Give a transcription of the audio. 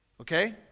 Okay